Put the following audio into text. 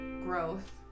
growth